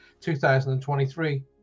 2023